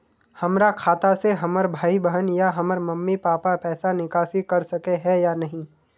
हमरा खाता से हमर भाई बहन या हमर मम्मी पापा पैसा निकासी कर सके है या नहीं?